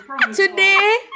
today